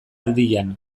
aldian